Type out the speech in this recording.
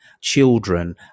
children